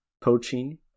poaching